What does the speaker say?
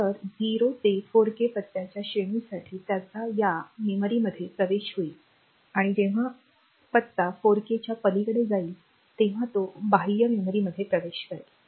तर 0 ते 4K पत्त्याच्या श्रेणीसाठी त्याचा या मेमरीमध्ये प्रवेश होईल आणि जेव्हा पत्ता 4K च्या पलीकडे जाईल तेव्हा तो बाह्य मेमरीमध्ये प्रवेश करेल